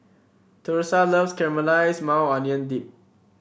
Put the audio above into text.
Thursa loves Caramelized Maui Onion Dip